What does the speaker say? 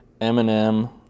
Eminem